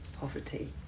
poverty